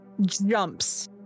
Jumps